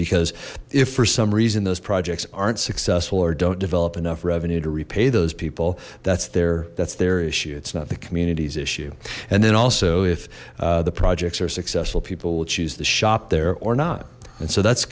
because if for some reason those projects aren't successful or don't develop enough revenue to repay those people that's their that's their issue it's not the community's issue and then also if the projects are successful people will choose the shop there or not and so that's